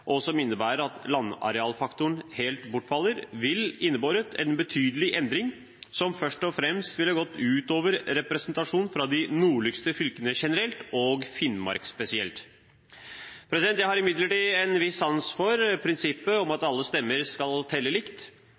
og som innebærer at landarealfaktoren helt bortfaller, ville ha innebåret en betydelig endring som først og fremst ville ha gått ut over representasjonen fra de nordligste fylkene generelt og fra Finnmark spesielt. Jeg har imidlertid en viss sans for prinsippet om at alle stemmer skal telle likt.